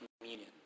communion